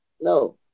no